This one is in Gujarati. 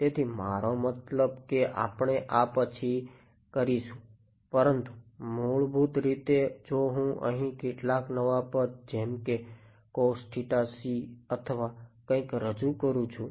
તેથી મારો મતલબ કે આપણે આ પછીથી કરીશું પરંતુ મૂળભૂત રીતે જો હું અહીં કેટલાક નવા પદ જેમકે અથવા કઈક રજૂ કરું છું